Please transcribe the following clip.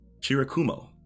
Chirakumo